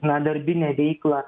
na darbinę veiklą